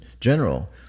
general